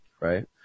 right